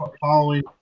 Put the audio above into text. following